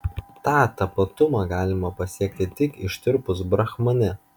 tą tapatumą galima pasiekti tik ištirpus brahmane